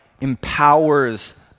empowers